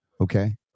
okay